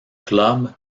club